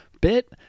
bit